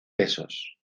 pesos